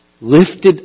Lifted